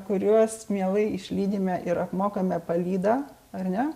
kuriuos mielai išlydime ir apmokame palydą ar ne